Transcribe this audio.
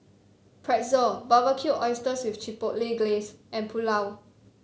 Pretzel Barbecued Oysters with Chipotle Glaze and Pulao